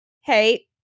hey